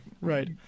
right